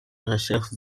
recherches